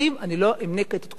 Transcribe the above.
אני לא אמנה כאן את כל השמות,